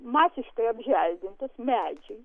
masiškai apželdintos medžiai